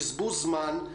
בזבוז זמן.